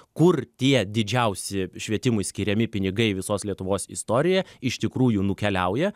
kur tie didžiausi švietimui skiriami pinigai visos lietuvos istorijoje iš tikrųjų nukeliauja